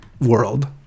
world